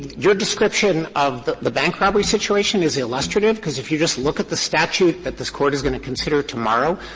your description of the the bank robbery situation is illustrative because if you just look at the statute that this court is going to consider tomorrow,